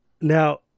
Now